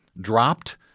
dropped